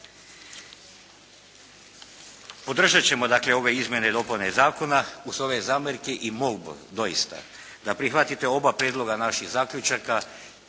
Podržati ćemo dakle ove izmjene i dopune zakona uz ove zamjerke i molbu doista, da prihvatite oba prijedloga naših zaključaka,